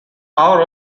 hour